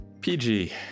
PG